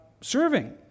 serving